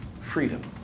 freedom